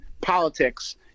politics